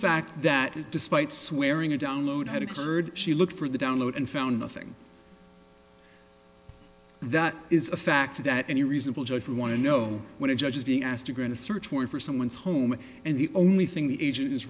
fact that it despite swearing a download had occurred she looked for the download and found nothing that is a fact that any reasonable judge want to know when a judge is being asked to grant a search warrant for someone's home and the only thing the agent